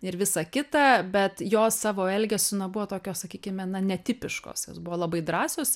ir visa kita bet jos savo elgesiu na buvo tokios sakykime na netipiškos jos buvo labai drąsios